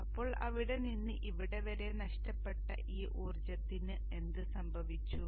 അപ്പോൾ ഇവിടെ നിന്ന് ഇവിടെ വരെ നഷ്ടപ്പെട്ട ഈ ഊർജ്ജത്തിന് എന്ത് സംഭവിച്ചു